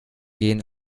gehen